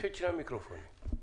סכום מעודכן58.